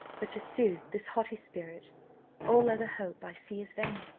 but to sooth this haughty spirit all other hope, i see, is vain.